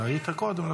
היית קודם,